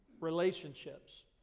Relationships